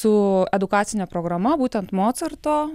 su edukacine programa būtent mocarto